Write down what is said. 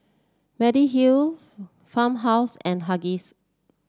Mediheal Farmhouse and Huggies